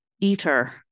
eater